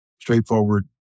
straightforward